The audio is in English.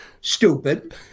stupid